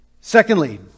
Secondly